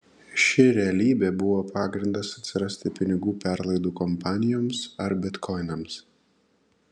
ši realybė buvo pagrindas atsirasti pinigų perlaidų kompanijoms ar bitkoinams